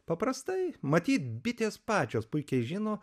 paprastai matyt bitės pačios puikiai žino